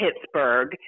Pittsburgh